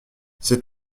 c’est